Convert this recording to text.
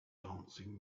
dancing